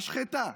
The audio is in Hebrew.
משחטה,